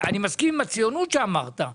אני מסכים עם הציונות שאמרת,